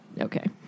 Okay